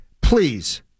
please